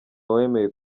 wemeye